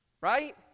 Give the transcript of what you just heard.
right